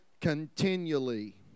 continually